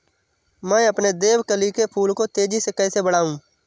मैं अपने देवकली के फूल को तेजी से कैसे बढाऊं?